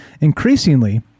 Increasingly